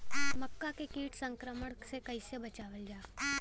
मक्का के कीट संक्रमण से कइसे बचावल जा?